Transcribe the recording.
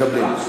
מקבלים.